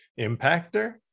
Impactor